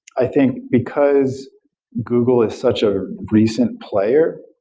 i think because google is such a recent player,